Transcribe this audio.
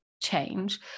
change